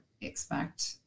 expect